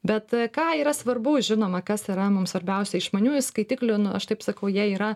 bet ką yra svarbu žinoma kas yra mums svarbiausia išmaniųjų skaitiklių nu aš taip sakau jie yra